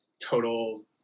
total